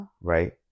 right